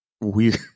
weird